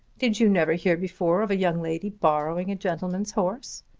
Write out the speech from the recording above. did you never hear before of a young lady borrowing a gentleman's horse?